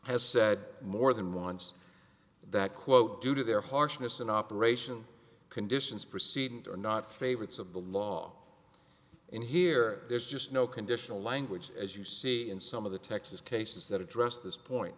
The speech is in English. has said more than once that quote due to their harshness in operation conditions proceeding are not favorites of the law and here there's just no conditional language as you see in some of the texas cases that address this point